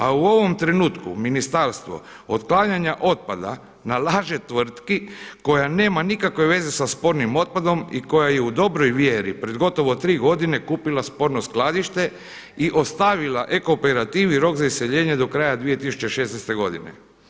A u ovom trenutku ministarstvo otklanjanja otpada nalaže tvrtki koja nema nikakve veze sa spornim otpadom i koja je u dobroj vjeri pred gotovo tri godine kupila sporno skladište i ostavila Ecooperativi rok za iseljenje do kraja 2016. godine.